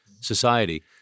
society